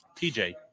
TJ